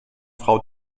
frau